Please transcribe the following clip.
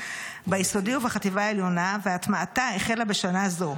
ביסודי ובחטיבה העליונה והטמעתה החלה בשנה זו.